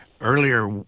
earlier